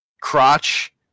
crotch